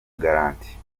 garanti